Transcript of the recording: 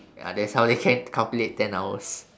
ya that's how they can calculate ten hours